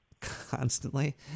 constantly